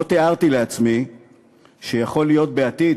לא תיארתי לעצמי שיכול להיות בעתיד